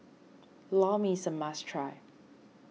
Lor Mee is a must try